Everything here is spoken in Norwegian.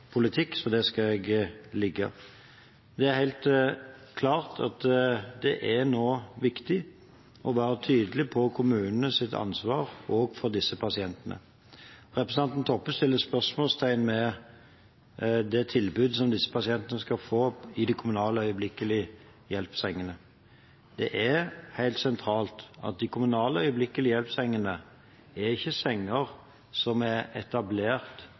politikk. Det skal jeg la ligge. Det er helt klart at det nå er viktig å være tydelig på kommunenes ansvar, også for disse pasientene. Representanten Toppe setter spørsmålstegn ved det tilbudet som disse pasientene skal få i de kommunale øyeblikkelig hjelp-sengene. Det er helt sentralt at de kommunale øyeblikkelig hjelp-sengene ikke er senger som er etablert